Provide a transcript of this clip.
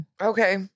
Okay